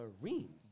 Marine